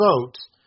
votes